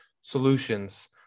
solutions